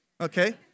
Okay